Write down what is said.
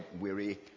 weary